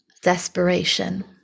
Desperation